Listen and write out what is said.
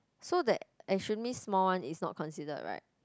so that extremely small one is not considered right